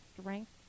strength